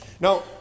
Now